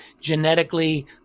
genetically